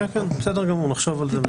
בסדר גמור, נחשוב על זה.